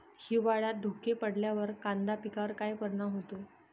हिवाळ्यात धुके पडल्यावर कांदा पिकावर काय परिणाम होतो?